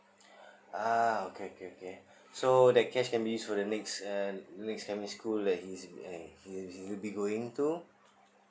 uh okay okay okay so that case it means for the next uh next coming school that he's in he's be going to